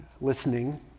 listening